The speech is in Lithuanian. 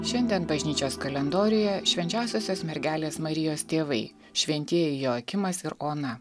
šiandien bažnyčios kalendoriuje švenčiausiosios mergelės marijos tėvai šventieji joakimas ir ona